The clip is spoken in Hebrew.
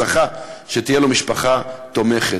זכה שתהיה לו משפחה תומכת.